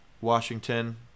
Washington